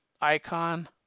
Icon